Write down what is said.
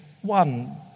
one